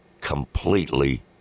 completely